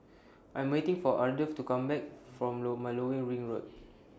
I Am waiting For Ardeth to Come Back from Low Ring Road